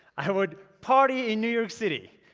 i would party in new york city.